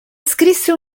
scrisse